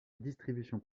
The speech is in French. distribution